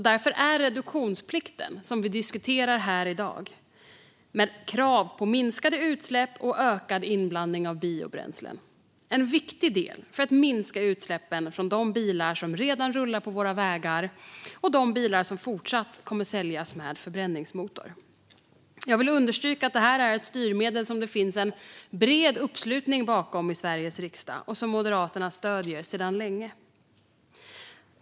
Därför är reduktionsplikten som vi diskuterar här i dag, med krav på minskade utsläpp och ökad inblandning av biobränslen, en viktig del för att minska utsläppen från de bilar som redan rullar på våra vägar och från de bilar som fortsatt kommer att säljas med förbränningsmotor. Jag vill understryka att detta är ett styrmedel som det finns en bred uppslutning bakom i Sveriges riksdag och som Moderaterna stöder sedan länge.